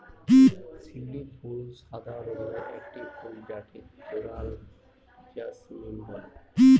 শিউলি ফুল সাদা রঙের একটি ফুল যাকে কোরাল জাসমিন বলে